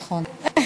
נכון.